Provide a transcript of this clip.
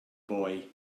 boy